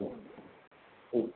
হুম হুম